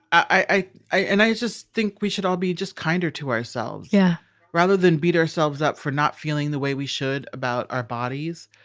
i. and i just think we should all be just kinder to ourselves yeah rather than beat ourselves up for not feeling the way we should about our bodies.